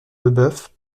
leboeuf